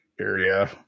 area